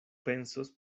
pensos